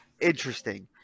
interesting